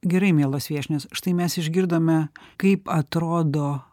gerai mielos viešnios štai mes išgirdome kaip atrodo